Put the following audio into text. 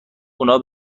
اونا